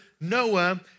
Noah